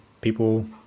people